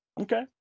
Okay